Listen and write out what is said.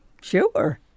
Sure